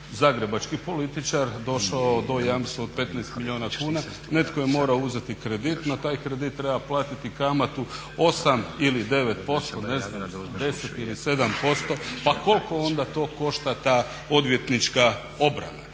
zagrebački političar došao do jamstva od 15 milijuna kuna netko je morao uzeti kredit, na taj kredit treba platiti kamatu 8 ili 9% ne znam, 10 ili 7% pa koliko onda to košta ta odvjetnička obrada.